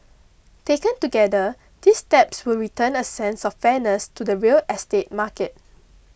taken together these steps will return a sense of fairness to the real estate market